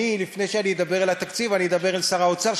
לפני שאדבר על התקציב אדבר אל שר האוצר.